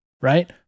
right